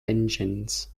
engines